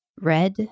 red